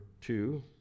two